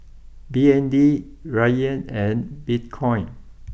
B N D Riyal and Bitcoin